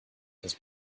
his